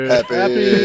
Happy